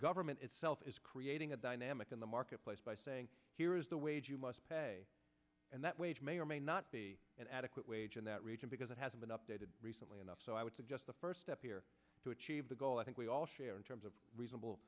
government itself is creating a dynamic in the marketplace by saying here is the wage you must pay and that wage may or may not be an adequate wage in that region because it has been updated recently enough so i would suggest the first step here to achieve the goal i think we all share in terms of reasonable